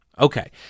Okay